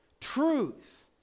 Truth